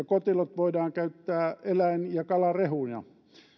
kotilot voidaan käyttää eläin ja kalarehuina